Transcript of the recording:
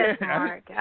Mark